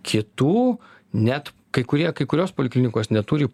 kitų net kai kurie kai kurios poliklinikos neturi